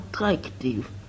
attractive